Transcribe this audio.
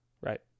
Right